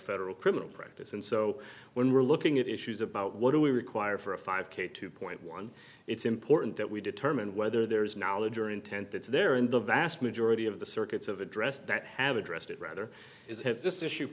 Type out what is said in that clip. federal criminal practice and so when we're looking at issues about what do we require for a five k two point one it's important that we determine whether there is knowledge or intent that's there in the vast majority of the circuits of address that have addressed it rather is have this issue